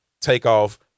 Takeoff